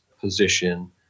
position